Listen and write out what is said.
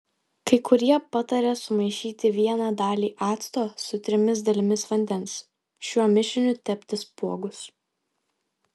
kai kurie pataria sumaišyti vieną dalį acto su trimis dalimis vandens šiuo mišiniu tepti spuogus